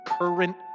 current